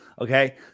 Okay